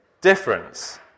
difference